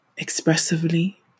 expressively